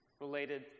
related